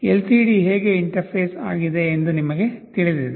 LCD ಹೇಗೆ interface ಆಗಿದೆ ಎಂದು ನಿಮಗೆ ತಿಳಿದಿದೆ